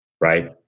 right